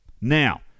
Now